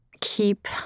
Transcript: keep